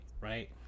right